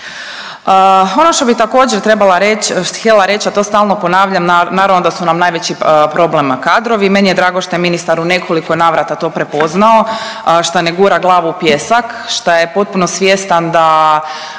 Ono što bi također, trebala reći, htjela reći, a to stalno ponavljam, naravno da su nam najveći problem kadrovi. Meni je drago što je ministar u nekoliko navrata to prepoznao, što ne gura glavu u pijesak, šta je potpuno svjestan da